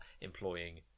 employing